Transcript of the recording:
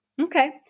Okay